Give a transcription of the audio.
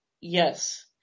yes